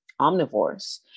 omnivores